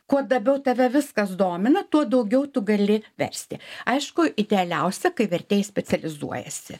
kuo labiau tave viskas domina tuo daugiau tu gali versti aišku idealiausia kai vertėjai specializuojasi